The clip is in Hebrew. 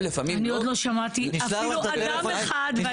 --- אני עוד לא שמעתי אפילו אדם אחד.